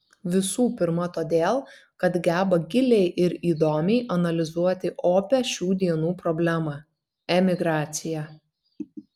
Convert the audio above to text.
visų pirma todėl kad geba giliai ir įdomiai analizuoti opią šių dienų problemą emigraciją